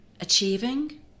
achieving